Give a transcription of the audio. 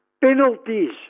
penalties